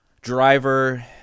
driver